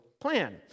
plan